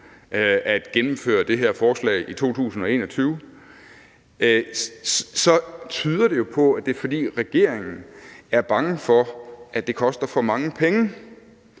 at gennemføre det her forslag i 2021. Det tyder jo på, at det er, fordi regeringen er bange for, at det koster for mange penge,